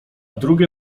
drugie